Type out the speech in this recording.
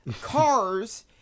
cars